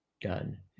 done